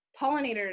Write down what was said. pollinators